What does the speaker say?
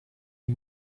die